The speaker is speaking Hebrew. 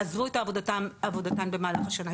עזבו את עבודתן במהלך השנה,